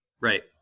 Right